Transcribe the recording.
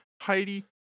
Heidi